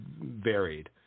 varied